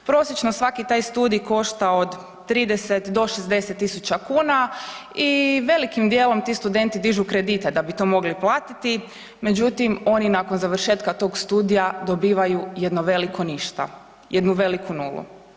Prosječno svaki taj studij košta od 30 do 60 000 kn i velikim djelom ti studenti dižu kredite da bi to mogli platiti međutim oni nakon završetka tog studija dobivaju jedno veliko ništa. jednu veliku nulu.